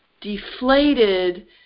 deflated